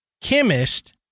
chemist